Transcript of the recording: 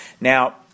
Now